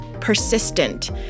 persistent